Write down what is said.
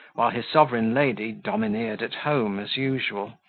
while his sovereign lady domineered at home as usual,